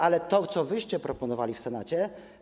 Ale to, co wyście proponowali w Senacie.